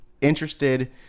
interested